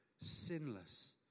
sinless